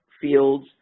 fields